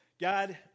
God